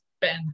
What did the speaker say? Ben